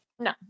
No